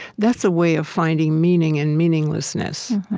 that's a way of finding meaning in meaninglessness